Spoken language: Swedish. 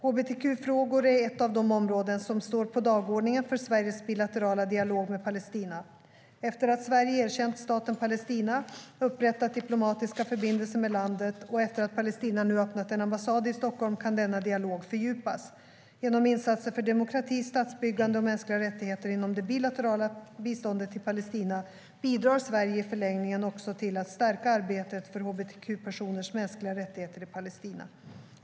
Hbtq-frågor är ett av de områden som står på dagordningen för Sveriges bilaterala dialog med Palestina. Efter att Sverige erkänt Staten Palestina, upprättat diplomatiska förbindelser med landet och efter att Palestina nu öppnat en ambassad i Stockholm kan denna dialog fördjupas. Genom insatser för demokrati, statsbyggande och mänskliga rättigheter inom det bilaterala biståndet till Palestina bidrar Sverige i förlängningen också till att stärka arbetet för hbtq-personers mänskliga rättigheter i Palestina.